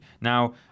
Now